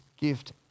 gift